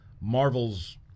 Marvel's